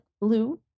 blue